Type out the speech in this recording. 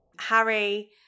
Harry